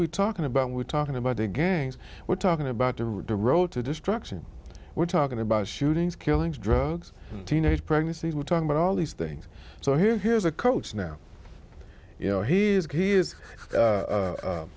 be talking about we're talking about the gangs we're talking about to read the road to destruction we're talking about shootings killings drugs teenage pregnancies we're talking about all these things so here here's a coach now you know he is he is